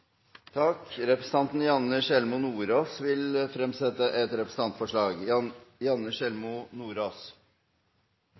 Representanten Janne Sjelmo Nordås vil fremsette et representantforslag.